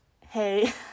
hey